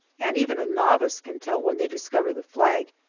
and even a novice can tell when they discover the flag,